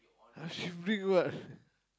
uh she big what